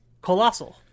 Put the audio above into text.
Colossal